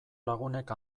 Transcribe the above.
lagunek